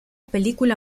película